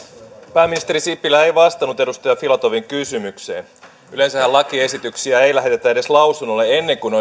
pääministeri sipilä ei vastannut edustaja filatovin kysymykseen yleensähän lakiesityksiä ei lähetetä edes lausunnolle ennen kuin